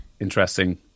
interesting